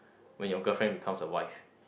when your girlfriend becomes a wife